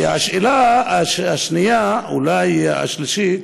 והשאלה השנייה, אולי השלישית,